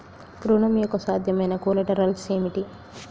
ఋణం యొక్క సాధ్యమైన కొలేటరల్స్ ఏమిటి?